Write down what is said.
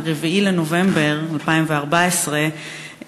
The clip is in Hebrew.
4 בנובמבר 2014,